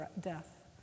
death